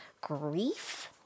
grief